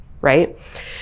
right